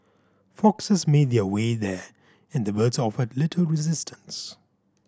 foxes made their way there and the birds offered little resistance